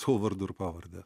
su vardu ir pavarde